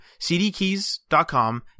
CDKeys.com